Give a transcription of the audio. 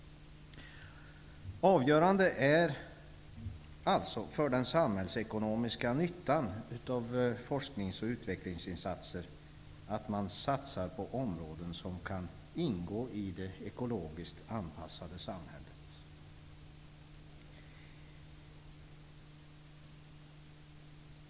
Avgörande för den samhällsekonomiska nyttan av forsknings och utvecklingsinsatser är alltså att man satsar på områden som kan ingå i det ekologiskt anpassade samhället.